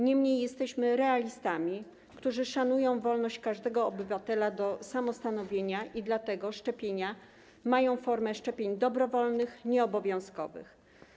Niemniej jesteśmy realistami, którzy szanują wolność każdego obywatela do samostanowienia, i dlatego szczepienia mają formę szczepień dobrowolnych, nieobowiązkowych.